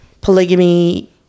polygamy